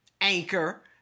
Anchor